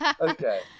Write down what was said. Okay